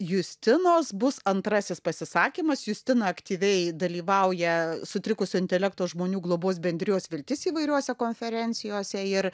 justinos bus antrasis pasisakymas justina aktyviai dalyvauja sutrikusio intelekto žmonių globos bendrijos viltis įvairiose konferencijose ir